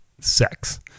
sex